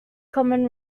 common